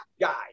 guy